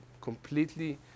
completely